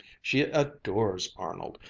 she adores arnold!